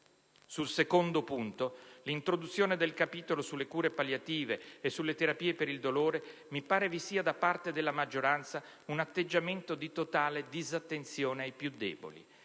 Sul secondo aspetto, l'introduzione del capitolo sulle cure palliative e sulle terapie del dolore, mi pare vi sia da parte della maggioranza un atteggiamento di totale disattenzione ai più deboli.